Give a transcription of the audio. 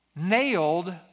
nailed